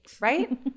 Right